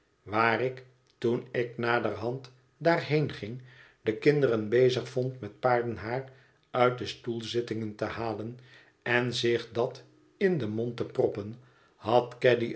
waar ik toen ik naderhand daar heenging de kinderen bezig vond met paardenhaar uit de stoelzittingen te halen en zich dat in den mond te proppen had